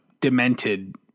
demented